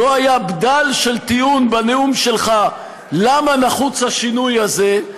לא היה בדל של טיעון בנאום שלך למה נחוץ השינוי הזה,